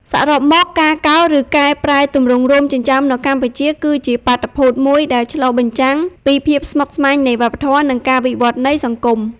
សរុបមក ការកោរ ឬកែប្រែទម្រង់រោមចិញ្ចើមនៅកម្ពុជា គឺជាបាតុភូតមួយដែលឆ្លុះបញ្ចាំងពីភាពស្មុគស្មាញនៃវប្បធម៌ និងការវិវឌ្ឍន៍នៃសង្គម។